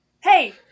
Hey